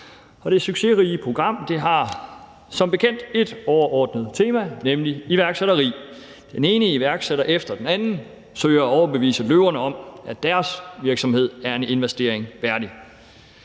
det succesrige program har som bekendt ét overordnet tema, nemlig iværksætteri. Den ene iværksætter efter den anden søger at overbevise løverne om, at deres virksomhed er en investering værd.